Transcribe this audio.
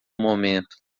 momento